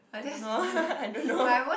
I don't know I don't know